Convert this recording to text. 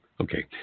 okay